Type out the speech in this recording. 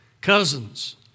cousins